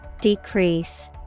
Decrease